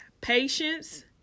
patience